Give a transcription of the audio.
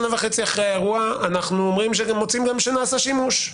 שנה וחצי אחרי האירוע אנחנו אומרים שאתם מוצאים שגם נעשה שימוש,